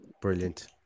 Brilliant